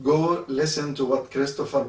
to listen to what christopher